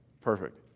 perfect